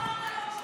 כל הכבוד.